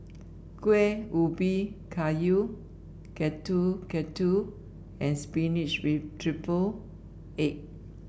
Kueh Ubi Kayu Getuk Getuk and spinach with triple egg